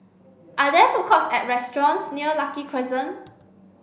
are there food courts or restaurants near Lucky Crescent